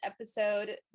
episode